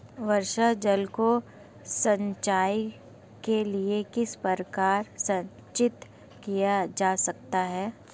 वर्षा जल को सिंचाई के लिए किस प्रकार संचित किया जा सकता है?